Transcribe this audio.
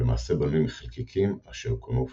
- ולמעשה בנוי מחלקיקים, אשר כונו פוטונים.